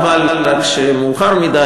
חבל שרק מאוחר מדי,